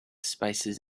spices